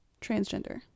transgender